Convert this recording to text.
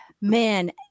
man